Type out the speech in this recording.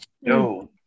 Yo